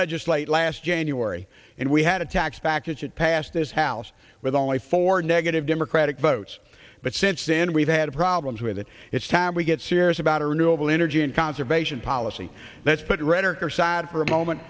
legislate last january and we had a tax package that passed this house with only four negative democratic votes but since then we've had problems with it it's time we get serious about a renewable energy and conservation policy let's put it right or her side for a moment